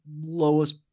lowest